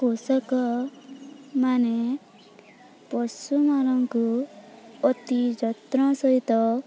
ପୋଷକମାନେ ପଶୁମାନଙ୍କୁ ଅତି ଯତ୍ନ ସହିତ